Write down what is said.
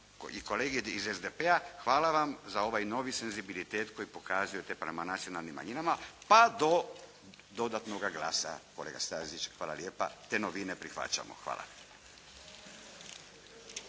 i kolege iz SDP-a hvala vam za ovaj novi senzibilitet koji pokazujete prema nacionalnim manjinama pa do dodatnoga glasa kolega Stazić hvala lijepa. Te novine prihvaćamo. Hvala.